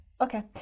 Okay